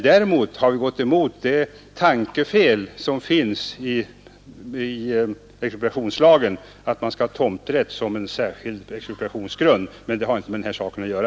Däremot har vi gått emot det tankefel som finns i expropriationslagen, nämligen att tomträtt skall kunna utgöra en särskild expropriationsgrund. Men det har inte med denna sak att göra.